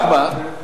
רק מה, לצערנו,